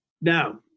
Now